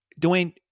Dwayne